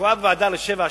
תקועה בוועדה לשבע,